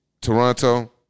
Toronto